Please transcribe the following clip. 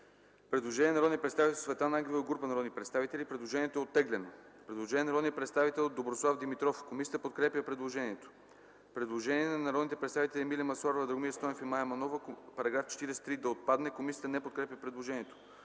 предложение на народния представител Светлана Ангелова и група народни представители. Предложението е оттеглено. Предложение на народния представител Доброслав Димитров. Комисията подкрепя предложението. Предложение на народните представители Емилия Масларова, Драгомир Стойнев и Мая Манолова –§ 43 да отпадне. Комисията не подкрепя предложението.